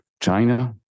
China